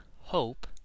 hope